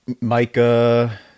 micah